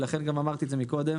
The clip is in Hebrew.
ולכן גם אמרתי את זה מקודם,